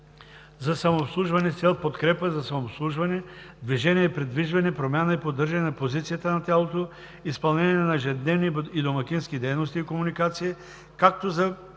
за самообслужване с цел подкрепа за самообслужване, движение и придвижване, промяна и поддържане на позицията на тялото, изпълнение на ежедневни и домакински дейности и комуникация, като за